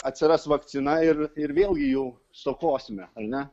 atsiras vakcina ir ir vėl jų stokosime ar ne